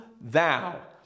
thou